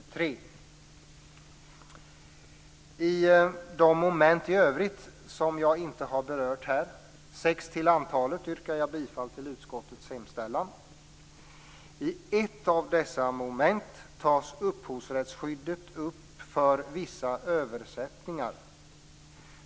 I fråga om de moment i övrigt som jag inte har berört här, som är sex till antalet, yrkar jag bifall till utskottets hemställan. I ett av dessa moment tas upphovsrättsskyddet för vissa översättningar upp.